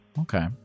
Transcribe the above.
Okay